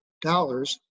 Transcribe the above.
dollars